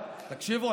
תקשיבו,